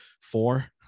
Four